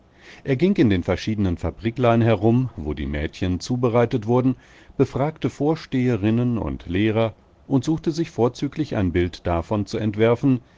er ging in den verschiedenen fabriklein herum wo die mädchen zubereitet wurden befragte vorsteherinnen und lehrer und suchte sich vorzüglich ein bild davon zu entwerfen